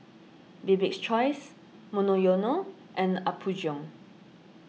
Bibik's Choice Monoyono and Apgujeong